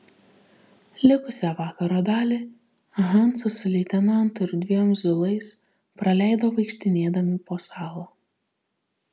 likusią vakaro dalį hansas su leitenantu ir dviem zulais praleido vaikštinėdami po salą